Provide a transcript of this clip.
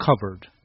covered